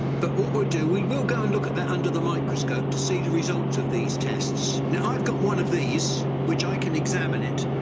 but what we'll do we will go and look at that under the microscope to see the results of these tests. now i've got one of these which i can examine it